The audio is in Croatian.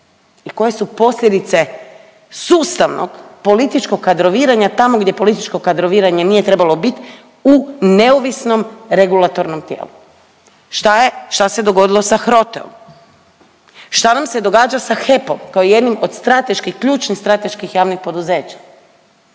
i koje su posljedice sustavnog političkog kadroviranja tamo gdje političko kadroviranje nije trebalo biti u neovisnom regulatornom tijelu, šta je, šta se dogodilo sa HROTE-om, šta nam se događa sa HEP-om kao jednim od strateških, ključnih strateških javnih poduzeća.